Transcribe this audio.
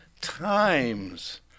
times